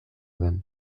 den